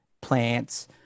plants